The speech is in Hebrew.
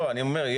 לא, אני אומר,